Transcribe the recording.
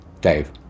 Dave